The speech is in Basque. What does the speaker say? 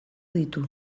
ditu